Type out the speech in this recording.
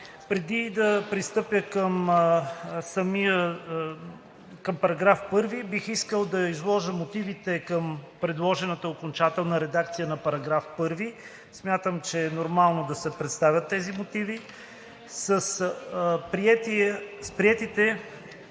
Преди да пристъпя към § 1, бих искал да изложа мотивите към предложената окончателна редакция на § 1. Смятам, че е нормално да се представят тези мотиви: „С приетите